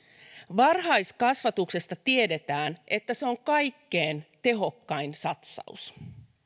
varhaiskasvatuksesta tiedetään että se on kaikkein tehokkain satsaus